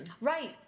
Right